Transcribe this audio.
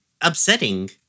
upsetting